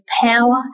power